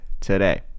today